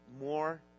more